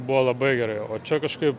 buvo labai gerai o čia kažkaip